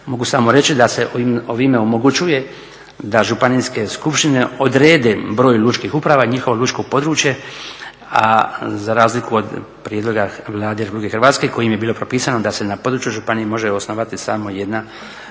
mogu samo reći da se ovime omogućuje da županijske skupštine odrede broj lučkih uprava i njihovo lučko područje, a za razliku od prijedloga Vlade RH kojim je bilo propisano da se na području županije može osnovati samo jedna